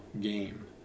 game